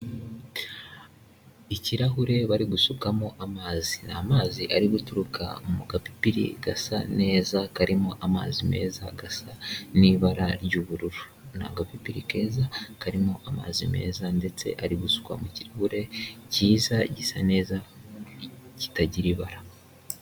Ikirahure bari gusukamo amazi, ni amazi ari guturuka mu gapipiri gasa neza, karimo amazi meza gasa n'ibara ry'ubururu, ni agapipiri keza karimo amazi meza ndetse arigusukwa mu kirahure cyiza gisa neza kitagira ibara.